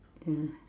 mm